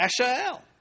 Asha'el